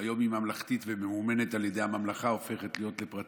שהיום היא ממלכתית וממומנת על ידי הממלכה והופכת להיות פרטית,